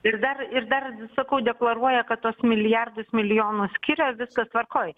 ir dar ir dar sakau deklaruoja kad tuos milijardus milijonus skiria viskas tvarkoj